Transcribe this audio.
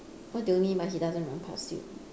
what do you mean by he doesn't run pass you